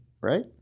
right